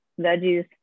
veggies